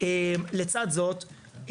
לצד זאת,